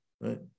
Right